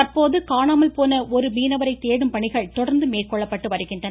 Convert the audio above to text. தற்போது காணாமல் போன ஒரு மீனவரை தேடும் பணிகள் தொடர்ந்து மேற்கொள்ளப்பட்டு வருகின்றன